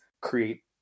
create